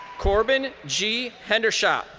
corbin g. hendershot.